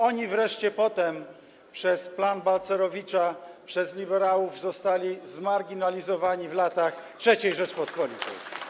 Oni wreszcie potem, przez plan Balcerowicza, przez liberałów, zostali zmarginalizowali w latach III Rzeczypospolitej.